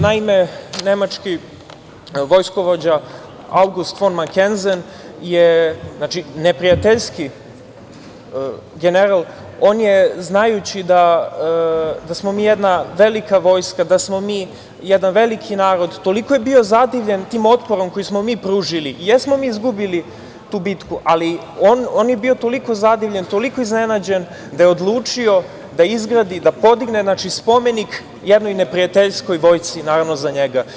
Naime, nemački vojskovođa August fon Makenzen je neprijateljski general i on je, znajući da smo mi jedna velika vojska, da smo mi jedan veliki narod i toliko je bio zadivljen tim otporom koji smo mi pružili, jesmo mi izgubili tu bitku, ali on je bio toliko zadivljen i iznenađen da je odlučio da izgradi i da podigne spomenik jednoj neprijateljskoj vojsci, naravno za njega.